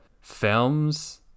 films